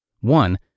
one